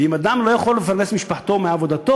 ואם אדם לא יכול לפרנס את משפחתו מעבודתו,